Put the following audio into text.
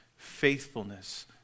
faithfulness